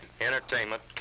entertainment